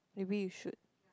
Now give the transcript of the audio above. maybe you should